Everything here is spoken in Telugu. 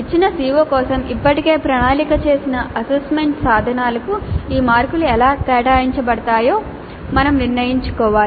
ఇచ్చిన CO కోసం ఇప్పటికే ప్రణాళిక చేసిన అసెస్మెంట్ సాధనాలకు ఈ మార్కులు ఎలా కేటాయించబడతాయో మనం నిర్ణయించుకోవాలి